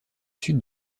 sud